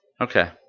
Okay